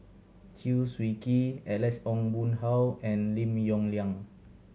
Chew Swee Kee Alex Ong Boon Hau and Lim Yong Liang